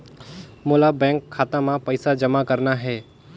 मोला बैंक खाता मां पइसा जमा करना हे?